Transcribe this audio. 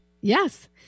Yes